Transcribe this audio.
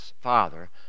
father